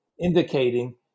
indicating